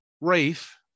Rafe